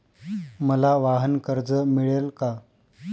मला वाहनकर्ज मिळेल का?